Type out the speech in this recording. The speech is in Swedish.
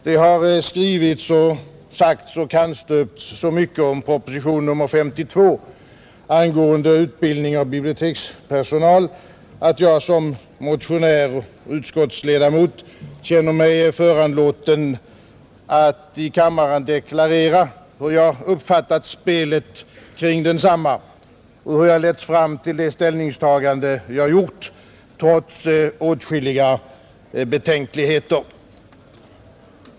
Det har skrivits och sagts och kannstöpts så mycket om proposition nr 52 angående utbildning av bibliotekspersonal att jag som motionär och utskottsledamot känner mig föranlåten att i kammaren deklarera hur jag uppfattat spelet kring densamma och hur jag letts fram till det ställningstagande jag gjort trots åtskilliga betänkligheter.